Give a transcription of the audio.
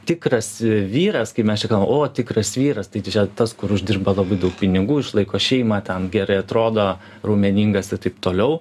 tikras vyras kai mes čia kalbam o tikras vyras tai čia tas kuris uždirba labai daug pinigų išlaiko šeimą ten gerai atrodo raumeningas ir taip toliau